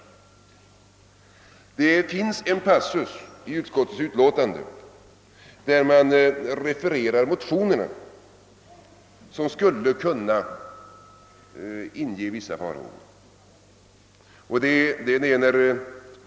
Det finns en passus i utskottets utlåtande — ett avsnitt där motionernas innehåll refereras — som skulle kunna inge vissa farhågor.